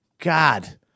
God